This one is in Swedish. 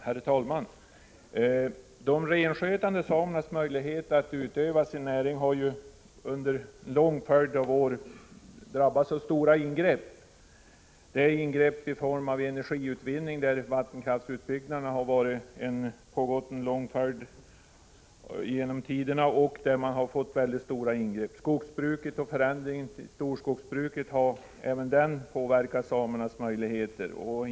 Herr talman! De renskötande samernas möjligheter att utöva sin näring har ju under en lång följd av år drabbats av stora ingrepp. Det har varit ingrepp i form av energiutvinning — vattenkraftsutbyggnaden har ju pågått genom tiderna. Det har blivit mycket kraftiga ingrepp. Skogsbrukets förändring till storskogsbruk har även påverkat samernas möjligheter.